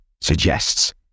suggests